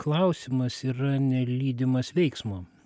klausimas yra nelydimas veiksmo